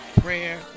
prayer